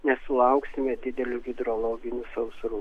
nesulauksime didelių hidrologinių sausrų